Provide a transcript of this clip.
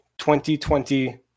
2020